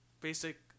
basic